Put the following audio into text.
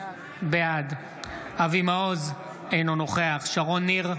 בעד אבי מעוז, אינו נוכח שרון ניר,